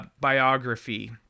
Biography